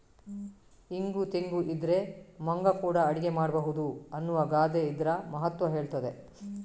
ಇಂಗು ತೆಂಗು ಇದ್ರೆ ಮಂಗ ಕೂಡಾ ಅಡಿಗೆ ಮಾಡ್ಬಹುದು ಅನ್ನುವ ಗಾದೆ ಇದ್ರ ಮಹತ್ವ ಹೇಳ್ತದೆ